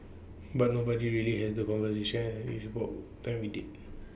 but nobody really has the conversation it's about time we did